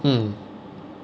mm